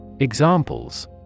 Examples